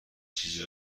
چیزی